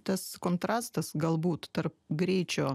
tas kontrastas galbūt tarp greičio